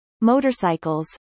motorcycles